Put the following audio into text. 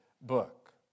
book